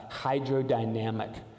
hydrodynamic